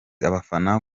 abafana